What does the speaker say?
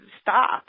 stop